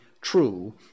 true